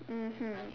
mmhmm